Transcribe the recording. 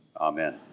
Amen